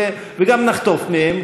וגם נחטוף מהם,